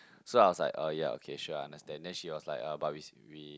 so I was like uh ya okay sure I understand then she was like uh but we s~ we